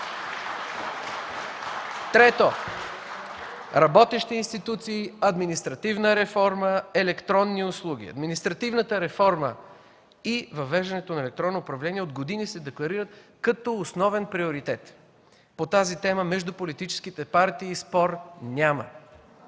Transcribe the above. Трето, работещи институции, административна реформа, електронни услуги. Административната реформа и въвеждането на електронно управление от години се декларират като основен приоритет. По тази тема между политическите партии спор няма.